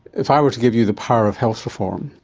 if i were to give you the power of health reform,